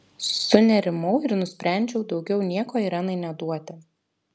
sunerimau ir nusprendžiau daugiau nieko irenai neduoti